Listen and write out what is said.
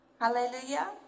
Hallelujah